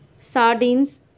sardines